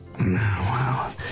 wow